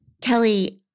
Kelly